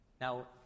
Now